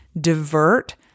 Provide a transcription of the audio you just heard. divert